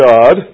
God